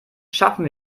schaffen